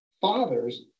fathers